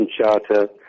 Charter